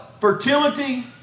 fertility